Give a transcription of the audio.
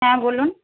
হ্যাঁ বলুন